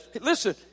Listen